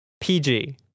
PG